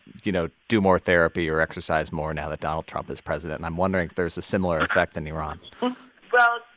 you know, do more therapy or exercise more now that donald trump is president, and i'm wondering if there's a similar effect in iran well,